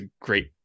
great